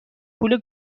پول